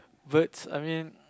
birds I mean